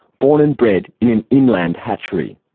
born and bred in an inland hatchery.